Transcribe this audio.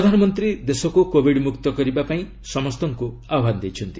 ପ୍ରଧାନମନ୍ତ୍ରୀ ଦେଶକୁ କୋବିଡ ମୁକ୍ତ କରିବା ପାଇଁ ସମସ୍ତଙ୍କୁ ଆହ୍ପାନ ଦେଇଛନ୍ତି